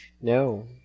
No